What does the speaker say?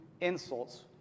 insults